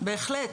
בהחלט,